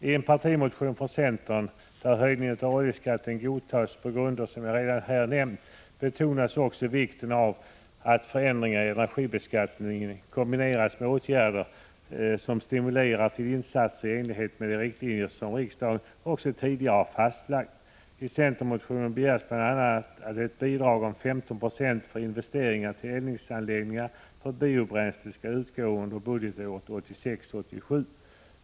I en partimotion från centern, där höjningen av oljeskatten godtas på grunder som jag redan nämnt, betonas också vikten av att förändringar i energibeskattningen kombineras med åtgärder som stimulerar till insatser i enlighet med de riktlinjer som riksdagen tidigare också har fastlagt. I centermotionen begärs bl.a. att ett bidrag om 15 26 för investeringar till eldningsanläggningar för biobränsle skall utgå under budgetåret 1986/87.